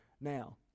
now